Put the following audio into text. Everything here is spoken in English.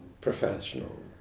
professional